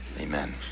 Amen